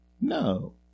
No